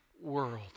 world